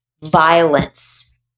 violence